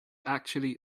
actually